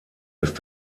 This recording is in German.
ist